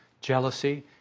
jealousy